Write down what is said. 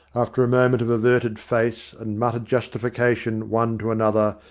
after a moment of averted face and muttered justification one to another,